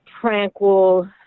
tranquil